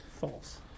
False